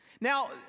Now